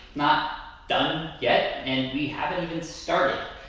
not done yet, and we haven't even started.